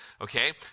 Okay